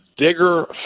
Digger